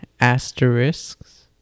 asterisks